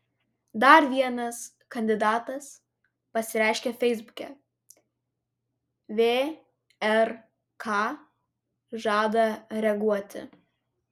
dar vienas kandidatas pasireiškė feisbuke vrk žada reaguoti